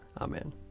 Amen